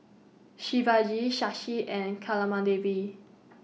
Shivaji Shashi and